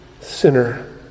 sinner